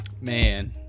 Man